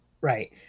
Right